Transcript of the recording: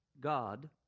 God